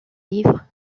livre